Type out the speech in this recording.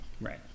Right